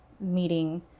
meeting